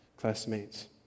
Classmates